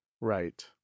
Right